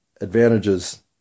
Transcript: advantages